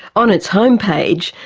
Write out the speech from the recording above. on its homepage,